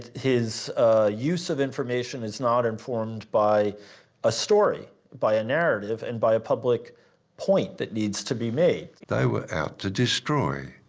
his use of information is not informed by a story, by a narrative and by a public point that needs to be made. they were out to destroy,